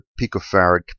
picofarad